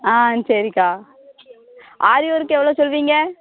ஆ சரிக்கா ஆரி ஒர்க் எவ்வளோ சொல்வீங்க